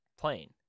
plane